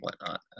whatnot